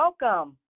welcome